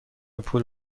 پول